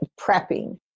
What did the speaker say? prepping